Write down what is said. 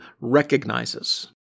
recognizes